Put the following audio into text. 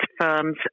firms